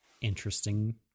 interesting